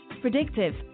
Predictive